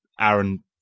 Aaron